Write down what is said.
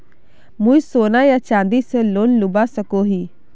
मुई सोना या चाँदी से लोन लुबा सकोहो ही?